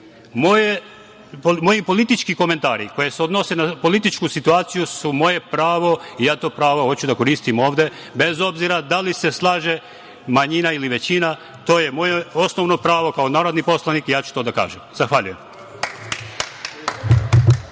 Moji politički komentari koji se odnose na političku situaciju su moje pravo i ja to pravo hoću da koristim ovde. Bez obzira da li se slaže manjina ili većina, to je moje osnovno pravo kao narodnog poslanika i ja ću to da kažem. Zahvaljujem.